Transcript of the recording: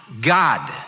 God